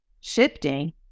shifting